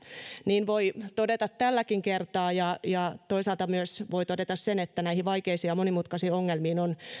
niin voi todeta tälläkin kertaa ja ja toisaalta myös voi todeta että näihin vaikeisiin ja monimutkaisiin ongelmiin on